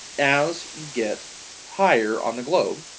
as you get higher on the globe,